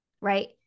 right